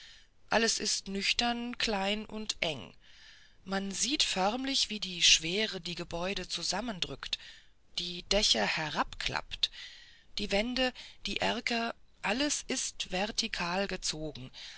alles ist nüchtern klein und eng man sieht förmlich wie die schwere die gebäude zusammendrückt die dächer herabklappt die wände die erker alles ist vertikal gezogen